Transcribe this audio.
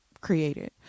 created